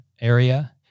area